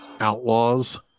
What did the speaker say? outlaws